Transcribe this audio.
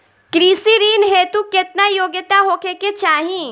कृषि ऋण हेतू केतना योग्यता होखे के चाहीं?